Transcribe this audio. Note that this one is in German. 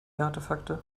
artefakte